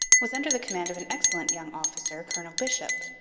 was under the command of an excellent young officer, colonel bisshopp,